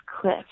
cliff